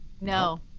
No